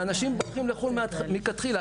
ואנשים בורחים לחו"ל מלכתחילה.